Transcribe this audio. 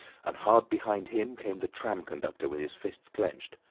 and hard behind him came the tram conductor with his fists clenched.